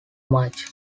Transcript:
much